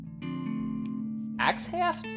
Axehaft